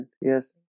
Yes